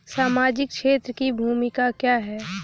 सामाजिक क्षेत्र की भूमिका क्या है?